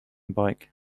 bike